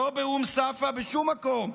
לא באום צפא, בשום מקום.